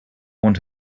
want